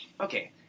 okay